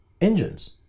engines